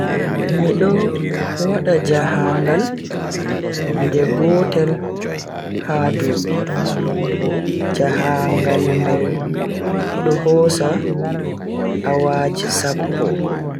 Mido wada jahangal nde gotel ha dubi, jahangal mai do hosa awaji sappo.